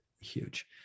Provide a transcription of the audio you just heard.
huge